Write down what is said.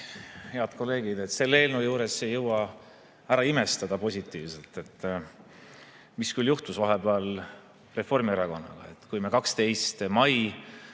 Head kolleegid! Selle eelnõu puhul ei jõua ära imestada – positiivselt –, mis küll juhtus vahepeal Reformierakonnaga. Kui me 12. mail